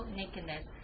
nakedness